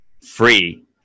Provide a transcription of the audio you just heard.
free